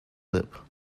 lip